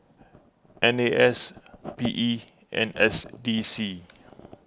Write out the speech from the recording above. N A S P E and S D C